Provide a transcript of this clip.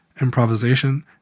Improvisation